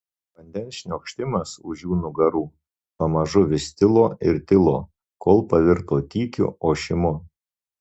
vandens šniokštimas už jų nugarų pamažu vis tilo ir tilo kol pavirto tykiu ošimu